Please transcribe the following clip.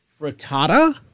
Frittata